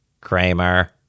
Kramer